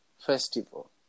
Festival